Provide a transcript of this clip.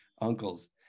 uncles